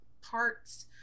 parts